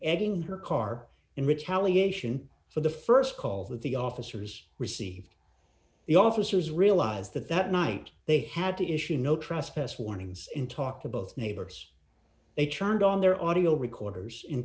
egging her car in rich palliation for the st call that the officers received the officers realize that that night they had to issue no trespass warnings in talk to both neighbors they turned on their audio recorders in